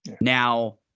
Now